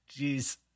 Jeez